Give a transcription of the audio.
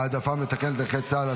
העדפה מתקנת לנכי צה"ל),